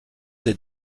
des